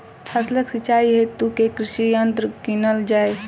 फसलक सिंचाई हेतु केँ कृषि यंत्र कीनल जाए?